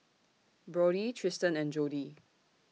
Brody Tristan and Jody